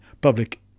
public